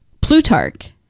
Plutarch